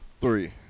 Three